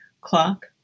clock